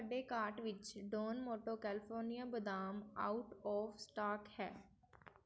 ਤੁਹਾਡੇ ਕਾਰਟ ਵਿੱਚ ਡੌਨ ਮੋਟੋ ਕੈਲੀਫੋਰਨੀਆ ਬਦਾਮ ਆਊਟ ਆਫ਼ ਸਟਾਕ ਹੈ